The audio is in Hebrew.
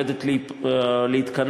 שוועדת החוץ והביטחון הזמנית מיועדת להתכנס